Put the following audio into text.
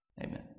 Amen